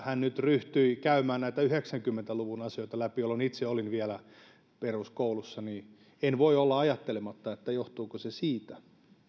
hän nyt ryhtyi käymään läpi näitä yhdeksänkymmentä luvun asioita jolloin itse olin vielä peruskoulussa niin en voi olla ajattelematta johtuuko se siitä